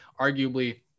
arguably